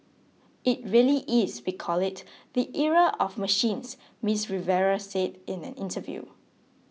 it really is we call it the era of machines Miss Rivera said in an interview